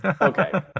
okay